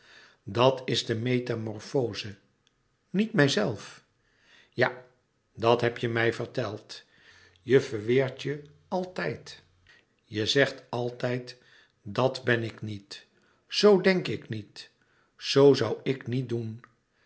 dat is de metamorfoze niet mijzelf ja dat heb je mij verteld je verweert je altijd je zegt altijd dat ben ik niet zoo denk ik niet zoo zoû ik niet doen